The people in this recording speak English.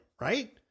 right